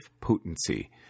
potency